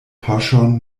poŝon